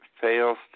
fails